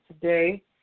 today